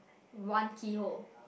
one keyhole